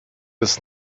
des